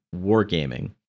wargaming